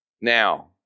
Now